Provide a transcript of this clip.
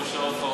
בראשה עפרה